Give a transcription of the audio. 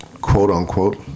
quote-unquote